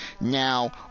Now